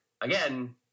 again